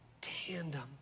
tandem